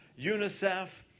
UNICEF